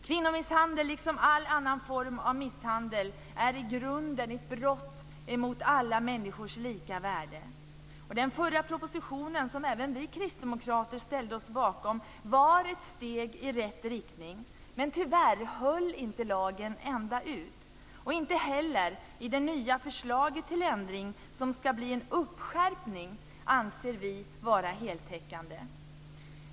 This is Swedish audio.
Kvinnomisshandel, liksom all annan form av misshandel, är i grunden ett brott mot alla människors lika värde. Den förra propositionen, som även vi kristdemokrater ställde oss bakom, var ett steg i rätt riktning, men tyvärr höll inte lagen ända ut. Inte heller det nya förslaget till ändring, som ska bli en uppskärpning, anser vi vara heltäckande.